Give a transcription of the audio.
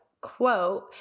quote